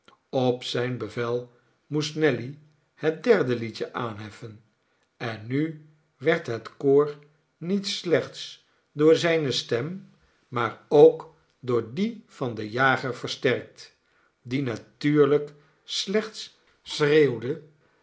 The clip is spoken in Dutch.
op zijn bevel moest nelly het derde liedje aanheffen en nu werd het koor niet slechts door zijne stem maar ook door die van den jager versterkt die natuurlijk slechts schreeuwde